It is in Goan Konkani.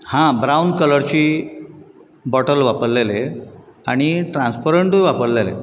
हां ब्रावन कलरची बोटल वापरलेली आनी ट्रांसपरंटूय वापरलेले